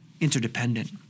interdependent